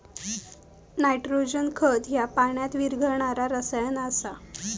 nitrogen खत ह्या पाण्यात विरघळणारा रसायन आसा